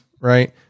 right